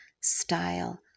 style